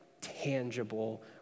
tangible